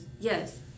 yes